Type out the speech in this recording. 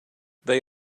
they